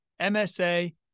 MSA